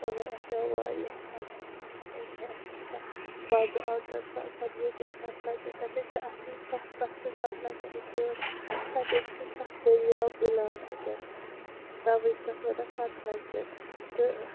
مَگَر اَسہِ آو وارِیاہ مَزٕ بہٕ کیاہ وَنہو تۄہہِ اَسہِ کوتاہ مَزٕ آو تمہِ ساتہٕ پَتہ وٲتۍ أسۍ سَتھ لَنجَن تَتٮ۪ن چھِ اصلی سَتھ تَتھ چھ سَتھ لَنجہ اِسلیے وَنان تَتٮ۪ن چھِ سَتھ دٔریاو مِلان اَتٮ۪ن تَوے چھِ تَتھ وَنان سَت لَنجَن تہٕ